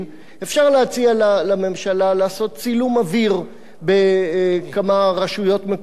אפשר להציע לממשלה לעשות צילום אוויר בכמה רשויות מקומיות,